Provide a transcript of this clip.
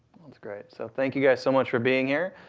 was great. so thank you guys so much for being here.